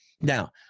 Now